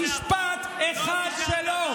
משפט אחד שלו.